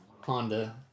Honda